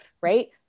right